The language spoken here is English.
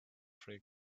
free